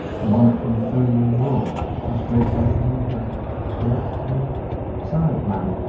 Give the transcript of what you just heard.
the monarch from the throne-room walked and straightway in among them stalked a silent man,